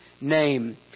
name